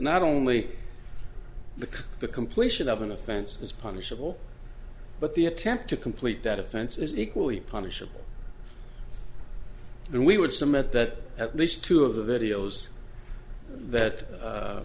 not only the the completion of an offense is punishable but the attempt to complete that offense is equally punishable and we would submit that at least two of the videos that